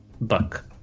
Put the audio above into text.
buck